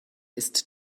ist